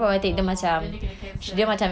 !wow! then dia kena cancel